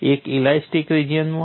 એક ઇલાસ્ટિક રિજિયનમાં